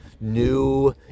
new